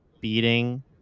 beating